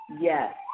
Yes